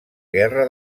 guerra